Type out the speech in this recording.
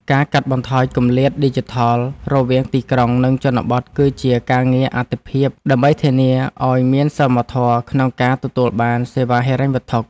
ការកាត់បន្ថយគម្លាតឌីជីថលរវាងទីក្រុង និងជនបទគឺជាការងារអាទិភាពដើម្បីធានាឱ្យមានសមធម៌ក្នុងការទទួលបានសេវាហិរញ្ញវត្ថុ។